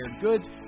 goods